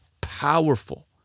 powerful